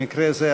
במקרה זה,